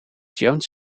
jones